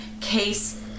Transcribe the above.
Case